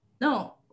no